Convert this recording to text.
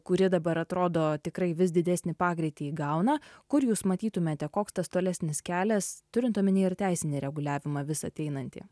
kuri dabar atrodo tikrai vis didesnį pagreitį įgauna kur jūs matytumėte koks tolesnis kelias turint omenyje ir teisinį reguliavimą vis ateinantį